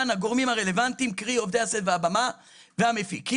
הגורמים הרלוונטיים קרי עובדי הסט והבמה והמפיקים.